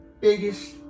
biggest